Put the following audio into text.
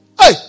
hey